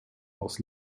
aus